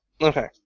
Okay